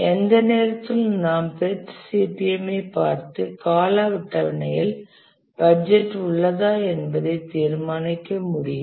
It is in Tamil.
எந்த நேரத்திலும் நாம் PERT CPM ஐப் பார்த்து கால அட்டவணையில் பட்ஜெட் உள்ளதா என்பதை தீர்மானிக்க முடியும்